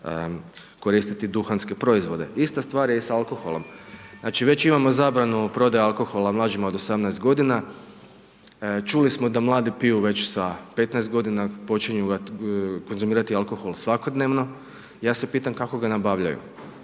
koristiti duhanske proizvode. Ista stvar je i sa alkoholom, znači već imamo zabranu prodaju alkohola mlađima od 18 g. Čuli smo da mladi piju već sa 15 g. počinju ga konzumirati alkohol svakodnevno i ja se pitam kako ga nabavljaju,